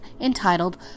entitled